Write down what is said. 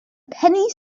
penny